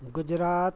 Gujarat